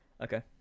okay